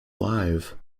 live